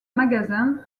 magasins